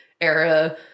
era